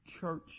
church